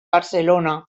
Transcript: barcelona